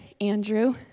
Andrew